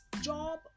job